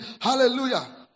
hallelujah